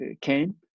came